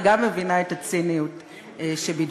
וגם מבינה את הציניות שבדבריך.